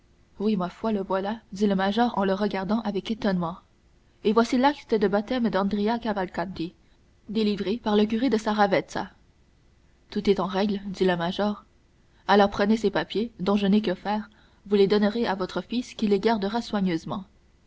oui ma foi le voilà dit le major en le regardant avec étonnement et voici l'acte de baptême d'andrea cavalcanti délivré par le curé de saravezza tout est en règle dit le major alors prenez ces papiers dont je n'ai que faire vous les donnerez à votre fils qui les gardera soigneusement